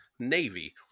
Navy